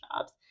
jobs